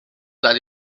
that